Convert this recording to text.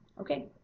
Okay